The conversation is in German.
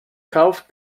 kauft